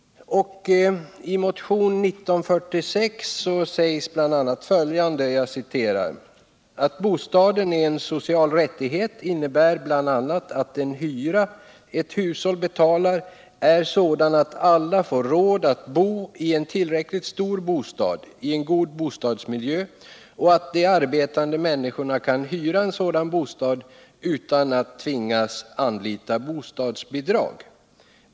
I motionen 1946 sägs bl.a. följande: ”Att bostaden är en social rättighet innebär bl.a. att den hyra ett hushåll betalar är sådan att alla får råd att bo i en tillräckligt stor bostad i en god bostadsmiljö och att de arbetande människorna kan hyra en sådan bostad utan att tvingas anlita bostadsbidrag.